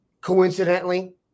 coincidentally